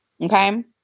Okay